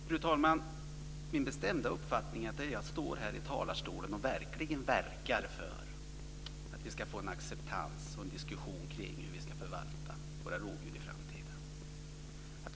Fru talman! Det är min bestämda uppfattning att jag från denna talarstol verkligen agerar för att få till stånd en diskussion om hur vi ska förvalta våra rovdjur i framtiden och för en acceptans.